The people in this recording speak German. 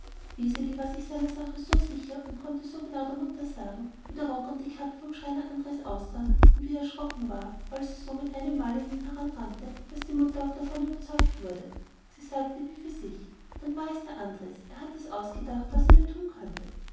war seiner sache so sicher und konnte so genau der mutter sagen wie der rock und die kappe vom schreiner andres aussahen und wie er erschrocken war als es so mit einem male an ihn heranrannte daß die mutter auch davon überzeugt wurde sie sagte wie für sich dann war es der andres er hat es ausgedacht was mir so gut tun könnte